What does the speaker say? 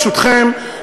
ברשותכם,